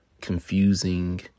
confusing